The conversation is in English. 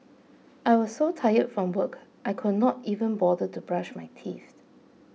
I was so tired from work I could not even bother to brush my teeth